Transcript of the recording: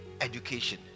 education